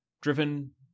driven